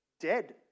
dead